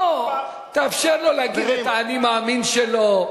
בוא תאפשר לו להגיד את ה"אני מאמין" שלו.